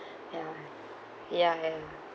ya ya